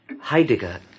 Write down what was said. Heidegger